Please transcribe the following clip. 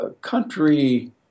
country